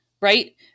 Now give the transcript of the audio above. right